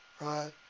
Right